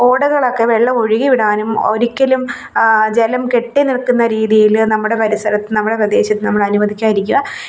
ഓടകളൊക്കെ വെള്ളം ഒഴുകി വിടാനും ഒരിക്കലും ജലം കെട്ടിനിൽക്കുന്ന രീതിയില് നമ്മുടെ പരിസരത്ത് നമ്മുടെ പ്രദേശത്ത് നമ്മളനുവദിക്കാതിരിക്കുക